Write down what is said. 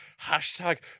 Hashtag